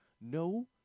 No